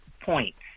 points